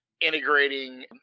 integrating